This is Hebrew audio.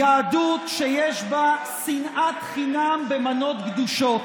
יהדות שיש בה שנאת חינם במנות גדושות,